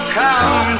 come